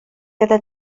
gyda